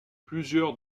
plusieurs